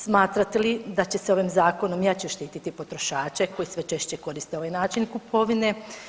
Smatrate li da će se ovim zakonom jače štititi potrošače koji sve češće koriste ovaj način kupovine?